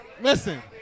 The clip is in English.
Listen